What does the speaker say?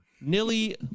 Nilly